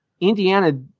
Indiana